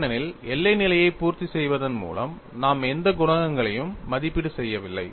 ஏனெனில் எல்லை நிலையை பூர்த்தி செய்வதன் மூலம் நாம் எந்த குணகங்களையும் மதிப்பீடு செய்யவில்லை